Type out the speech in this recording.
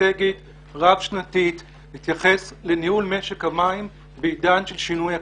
אסטרטגית רב-שנתית שמתייחסת לניהול משק המים בעידן של שינוי אקלים.